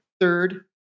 third